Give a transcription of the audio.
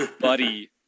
Buddy